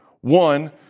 One